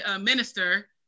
minister